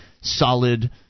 solid